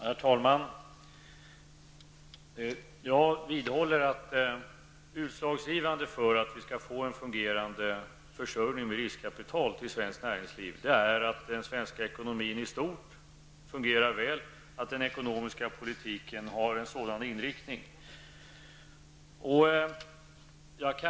Herr talman! Jag vidhåller att utslagsgivande för att vi skall få en fungerande försörjning av riskkapital till svenskt näringsliv är att den svenska ekonomin i stort fungerar väl och att den ekonomiska politiken har en sådan inriktning.